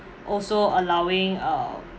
also allowing um